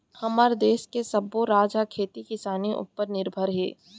हमर देस के सब्बो राज ह खेती किसानी उपर निरभर हे